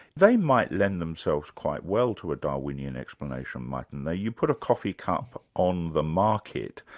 they might lend themselves quite well to a darwinian explanation, mightn't they? you put a coffee cup on the market,